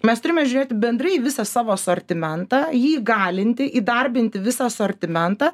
mes turime žiūrėti bendrai į visą savo asortimentą jį įgalinti įdarbinti visą asortimentą